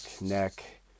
neck